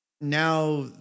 now